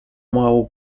mału